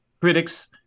critics